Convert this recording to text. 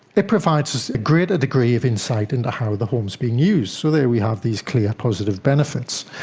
it provides us a greater degree of insight into how the home is being used. so there we have these clear positive benefits.